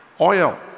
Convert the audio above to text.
oil